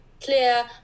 clear